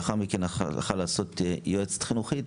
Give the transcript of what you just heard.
לאחר מכן היא למדה להיות יועצת חינוכית,